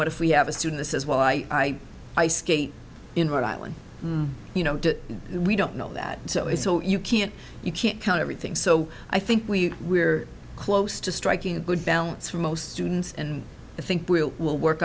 what if we have a student says well i i skate in rhode island you know we don't know that so it's all you can't you can't count everything so i think we we're close to striking a good balance for most students and i think we will work